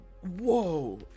Whoa